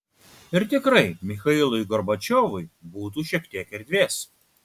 ir tikrai michailui gorbačiovui būtų šiek tiek erdvės